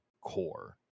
Core